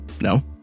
no